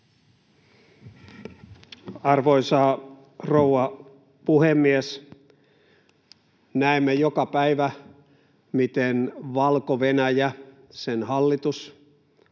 Arvoisa rouva puhemies! Näemme joka päivä, miten Valko-Venäjä, sen hallitus,